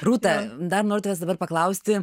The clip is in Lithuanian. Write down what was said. rūta dar noriu tavęs dabar paklausti